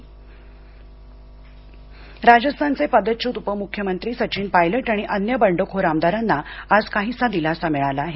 राजस्थान राजस्थान चे पदच्युत उपमुख्यमंत्री सचिन पायलट आणि अन्य बंडखोर आमदारांना आज काहीसा दिलासा मिळाला आहे